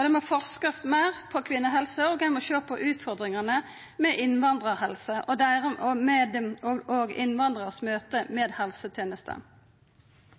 Ein må forska meir på kvinnehelse, og ein må sjå på utfordringane med innvandrarhelse og innvandrarars møte med helsetenesta. Regjeringspartia og